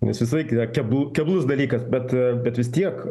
jis visąlaik yra keblu keblus dalykas bet bet vis tiek